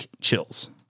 chills